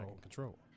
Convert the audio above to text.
control